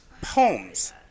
poems